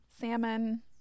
salmon